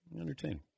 entertaining